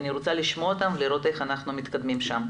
אני רוצה לשמוע אותם ולראות איך אנחנו מתקדמים משם.